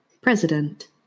President